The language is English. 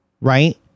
right